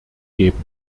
geben